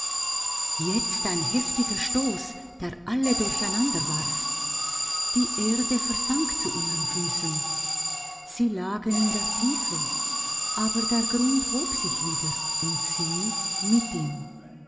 jetzt ein heftiger stoß der alle durcheinander warf die erde versank zu ihren füßen sie lagen in der tiefe aber der grund hob sich wieder und sie mit ihm